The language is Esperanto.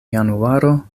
januaro